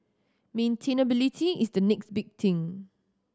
maintainability is the next big thing